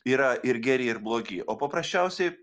yra ir geri ir blogi o paprasčiausiai